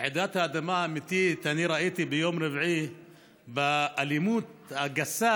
את רעידת האדמה האמיתית אני ראיתי ביום רביעי באלימות הגסה